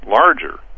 larger